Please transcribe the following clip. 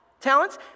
talents